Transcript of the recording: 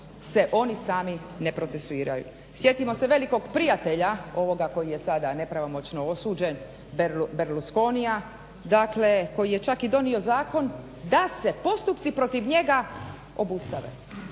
se oni sami ne procesuiraju. Sjetimo se velikog prijatelja ovoga koji je sada nepravomoćno osuđen Berlusconija dakle koji je čak i donio zakon da se postupci protiv njega obustave.